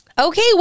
okay